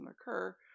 occur